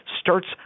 starts